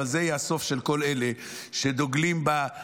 אבל זה יהיה הסוף של כל אלה שדוגלים ברעיונות